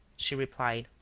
she replied.